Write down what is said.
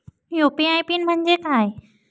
UPI PIN म्हणजे काय?